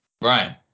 Brian